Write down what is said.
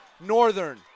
Northern